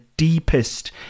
deepest